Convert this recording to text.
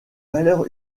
valeurs